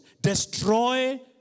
destroy